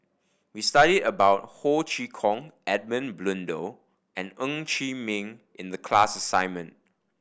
we studied about Ho Chee Kong Edmund Blundell and Ng Chee Meng in the class assignment